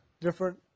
different